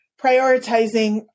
prioritizing